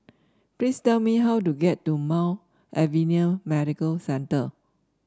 please tell me how to get to Mount Alvernia Medical Centre